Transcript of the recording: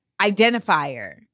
identifier